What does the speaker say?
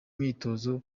imyitozo